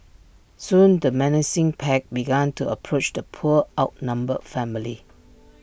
soon the menacing pack began to approach the poor outnumbered family